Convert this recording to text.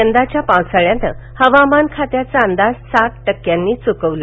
यंदाच्या पावसाळ्यानं हवामानखात्याचा अंदाज सात टक्क्यांनी चकवला